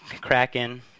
cracking